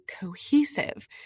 cohesive